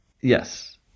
Yes